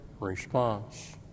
response